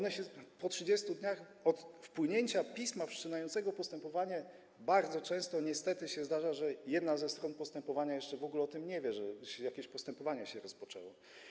Nawet po 30 dniach od wpłynięcia pisma wszczynającego postępowanie bardzo często niestety zdarza się, że jedna ze stron postępowania w ogóle o tym nie wie, że jakieś postępowanie się rozpoczęło.